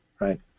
right